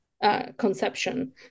Conception